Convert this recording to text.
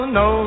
no